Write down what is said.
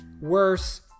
worse